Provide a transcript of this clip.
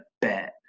bet